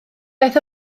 daeth